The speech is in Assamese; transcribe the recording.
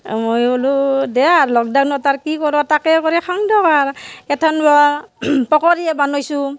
মই বোলো দিয়ক আৰু লকডাউনত আৰু কি কৰোঁ তাকে কৰি খাওঁ দিয়ক আৰু কেতিয়াবা পকৰীয়ে বনাইছোঁ